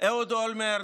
אהוד אולמרט,